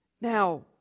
now